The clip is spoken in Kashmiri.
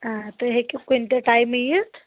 آ تُہۍ ہیٚکِو کُنہِ تہِ ٹایمہٕ یِتھ